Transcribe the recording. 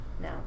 no